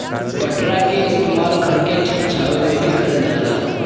पटरा के इस्तेमाल घर के छत छावे में भी करल जाला